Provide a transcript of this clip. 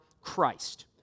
Christ